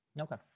okay